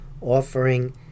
offering